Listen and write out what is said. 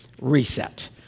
reset